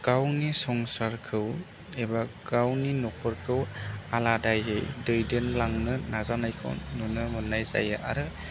गावनि संसारखौ एबा गावनि नखरखौ आलादायै दैदेनलांनो नाजानायखौ नुनो मोन्नाय जायो आरो